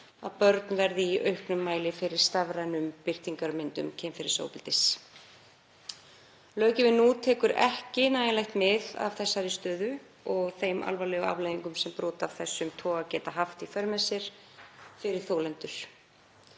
að börn verði í auknum mæli fyrir stafrænum birtingarmyndum kynferðisofbeldis. Löggjöfin nú tekur ekki nægilegt mið af þeirri stöðu og þeim alvarlegu afleiðingum sem brot af þessum toga geta haft í för með sér fyrir þolendur.